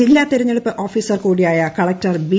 ജില്ലാ തെരഞ്ഞെടുപ്പ് ഓഫീസർ കൂടിയായ കളക്ടർ ബി